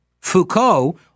Foucault